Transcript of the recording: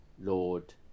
Lord